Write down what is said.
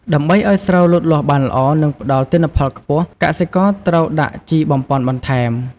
ដើម្បីឱ្យស្រូវលូតលាស់បានល្អ និងផ្ដល់ទិន្នផលខ្ពស់ កសិករត្រូវដាក់ជីបំប៉នបន្ថែម។